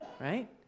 right